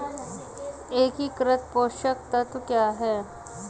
एकीकृत पोषक तत्व क्या है?